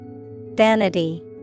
Vanity